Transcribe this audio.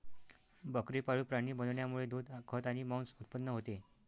बकरी पाळीव प्राणी बनवण्यामुळे दूध, खत आणि मांस उत्पन्न होते